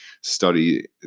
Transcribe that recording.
study